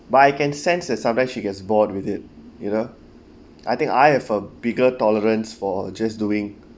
but I can sense that sometimes she gets bored with it you know I think I have a bigger tolerance for just doing